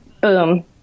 Boom